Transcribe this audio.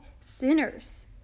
sinners